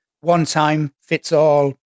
one-time-fits-all